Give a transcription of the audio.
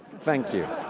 thank you.